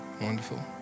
Wonderful